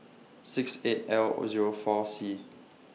six eight L Zero four C